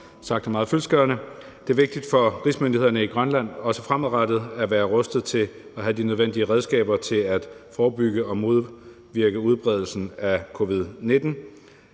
Det er vigtigt for rigsmyndighederne i Grønland, også fremadrettet, at være rustet med de nødvendige redskaber til at forebygge og modvirke udbredelsen af covid-19.